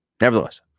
nevertheless